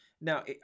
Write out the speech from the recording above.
Now